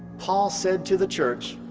paul said to the church